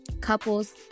couples